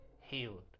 healed